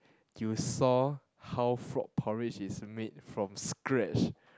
you saw how frog porridge is made from scratch